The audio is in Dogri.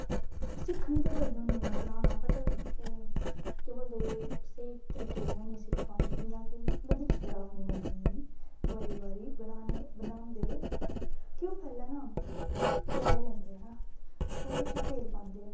सिक्खनी ते आ'ऊं बड़ी होनी बनाना बट केह् बोलदे सेही तरीके कन्नै हैनी सिक्ख पानी जियां कि में दिक्खेआ राम नौमीं गी बड़ी बारी बनाने बनांदे क्यों ओह् पैह्लें कड़ाई लैनेआं कड़ाई च तेल पांदे